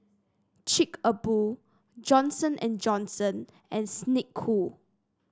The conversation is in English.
Chic A Boo Johnson And Johnson and Snek Ku